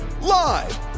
Live